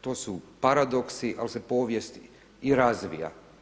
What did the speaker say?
To su paradoksi, ali se povijest i razvija.